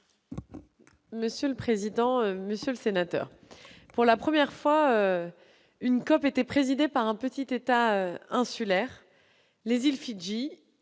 Monsieur le président, monsieur le sénateur, pour la première fois, une COP était présidée par un petit État insulaire, les îles Fidji,